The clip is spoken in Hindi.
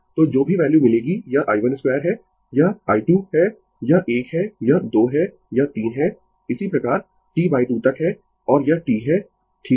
तो जो भी वैल्यू मिलेगी यह i1 2 है यह I2 है यह 1 है यह 2 है यह 3 है इसी प्रकार T 2 तक है और यह T है ठीक है